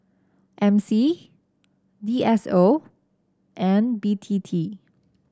M C D S O and B T T